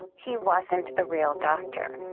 and he wasn't a real doctor.